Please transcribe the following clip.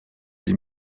des